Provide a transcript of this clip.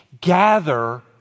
gather